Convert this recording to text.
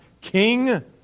King